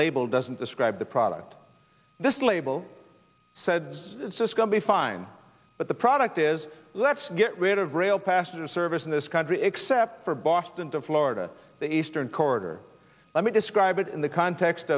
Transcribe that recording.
label doesn't describe the product this label said cisco be fine but the product is let's get rid of rail passenger service in this country except for boston to florida the eastern corridor let me describe it in the context